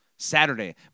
Saturday